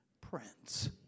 Prince